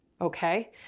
Okay